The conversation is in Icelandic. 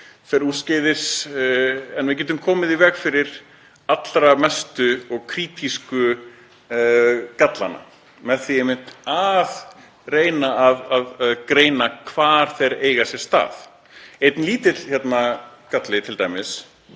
fer úrskeiðis. En við getum komið í veg fyrir mestu og krítískustu gallana með því einmitt að reyna að greina hvar þeir eiga sér stað. Einn lítill galli, sem